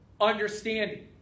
understanding